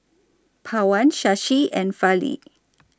Pawan Shashi and Fali